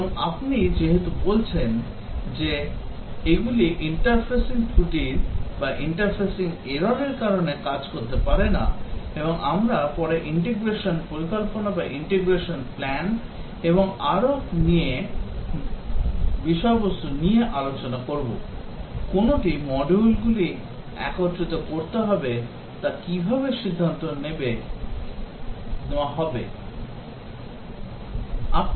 এবং আপনি যেহেতু বলছেন যে এগুলি ইন্টারফেসিং ত্রুটির কারণে কাজ করতে পারে না এবং আমরা পরে ইন্টিগ্রেশন পরিকল্পনা এবং আরও নিয়ে বিষয়বস্তু নিয়ে আলোচনা করব কোনটি মডিউলগুলি একত্রিত করতে হবে তা কীভাবে সিদ্ধান্ত নেওয়া হবে নেবে